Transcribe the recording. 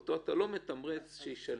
אותו אתה לא מתמרץ שישלם.